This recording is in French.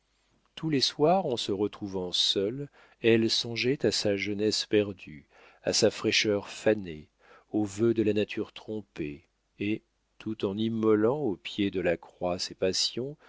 tous les soirs en se retrouvant seule elle songeait à sa jeunesse perdue à sa fraîcheur fanée aux vœux de la nature trompée et tout en immolant au pied de la croix ses passions